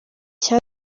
cya